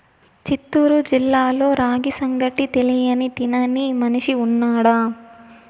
చిత్తూరు జిల్లాలో రాగి సంగటి తెలియని తినని మనిషి ఉన్నాడా